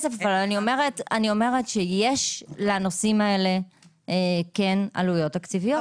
לא, אבל יש לנושאים האלה כן עלויות תקציביות.